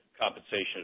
compensation